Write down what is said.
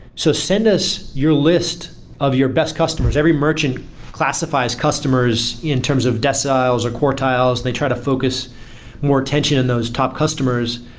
so send us your list of your best customers, every merchant classifies customers in terms of deciles, or quartiles. they try to focus more attention in those top customers,